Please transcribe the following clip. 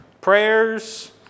prayers